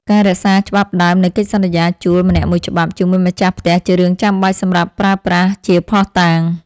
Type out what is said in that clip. ការរក្សាច្បាប់ដើមនៃកិច្ចសន្យាជួលម្នាក់មួយច្បាប់ជាមួយម្ចាស់ផ្ទះជារឿងចាំបាច់សម្រាប់ប្រើប្រាស់ជាភស្តុតាង។